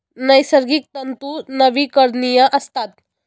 नैसर्गिक तंतू नवीकरणीय असतात